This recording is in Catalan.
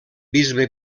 bisbe